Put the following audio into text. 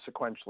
sequentially